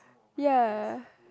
ya